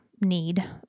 need